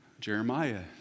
Jeremiah